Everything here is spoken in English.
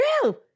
true